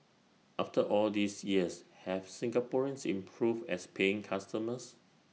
after all these years have Singaporeans improved as paying customers